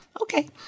Okay